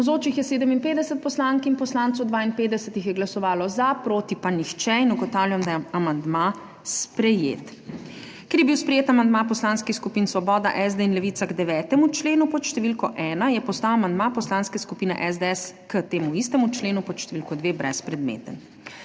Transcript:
52 jih je glasovalo za, proti pa nihče. (Za je glasovalo 52.) (Proti nihče.) Ugotavljam, da je amandma sprejet. Ker je bil sprejet amandma poslanskih skupin Svoboda, SD in Levica k 9. členu pod številko 1, je postal amandma Poslanske skupine SDS k temu istemu členu pod številko 2 brezpredmeten.